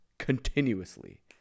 continuously